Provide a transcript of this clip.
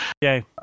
Yay